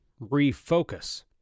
refocus